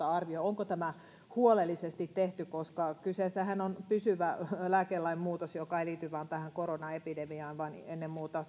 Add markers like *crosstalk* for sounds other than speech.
*unintelligible* arvioivat onko tämä huolellisesti tehty koska kyseessähän on pysyvä lääkelain muutos joka ei liity vain tähän koronaepidemiaan vaan ennen muuta *unintelligible*